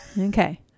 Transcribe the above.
Okay